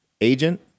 agent